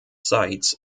sights